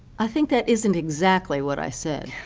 i think that isn't exactly what i said.